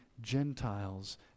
Gentiles